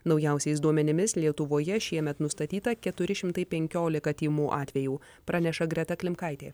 naujausiais duomenimis lietuvoje šiemet nustatyta keturi šimtai penkiolika tymų atvejų praneša greta klimkaitė